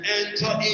enter